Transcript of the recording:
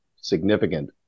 significant